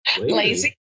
lazy